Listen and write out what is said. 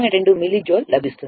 2 millijoule లభిస్తుంది